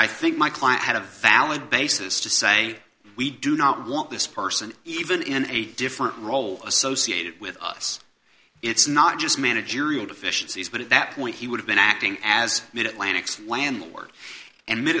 i think my client had a valid basis to say we do not want this person even in a different role associated with us it's not just managerial deficiencies but at that point he would have been acting as maid atlantics landlord and mid